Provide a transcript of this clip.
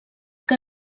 que